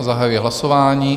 Zahajuji hlasování.